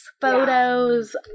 photos